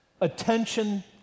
attention